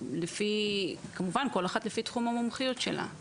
כל אחת כמובן לפי תחום המומחיות שלה.